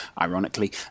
ironically